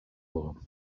volum